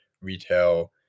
retail